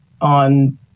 on